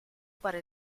para